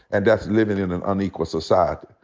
and that's living in an unequal society.